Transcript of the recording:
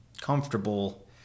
comfortable